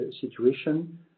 situation